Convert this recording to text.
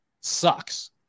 sucks